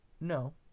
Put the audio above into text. no